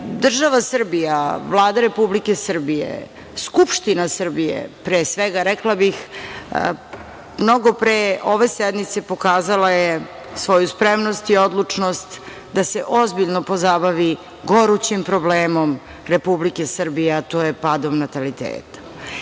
decom. Država Srbija, Vlada Republike Srbije, Skupština Srbije, pre svega, rekla bih, mnogo pre ove sednice pokazala je svoju spremnost i odlučnost da se ozbiljno pozabavi gorućim problemom Republike Srbije, a to je padom nataliteta. Sve